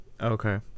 okay